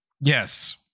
Yes